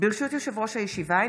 ברשות יושב-ראש הישיבה,